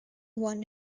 one